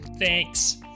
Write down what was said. Thanks